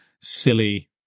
silly